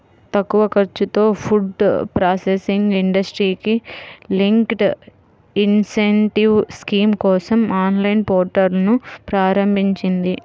తక్కువ ఖర్చుతో food processing ఇండస్ట్రీకి లింక్డ్ ఇన్సెంటివ్ స్కీమ్ కోసం ఆన్లైన్ పోర్టల్ను ప్రారంభించింది